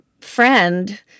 friend